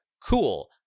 Cool